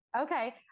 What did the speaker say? Okay